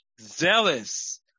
zealous